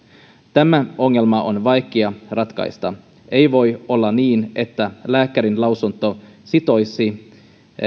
tämä ongelma on vaikea ratkaista ei voi olla niin että lääkärinlausunto sitoisi